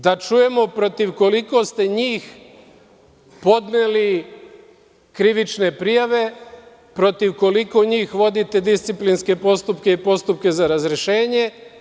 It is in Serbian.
Da čujemo protiv koliko ste njih podneli krivične prijave, protiv koliko njih vodite disciplinske postupke i postupke za razrešenje?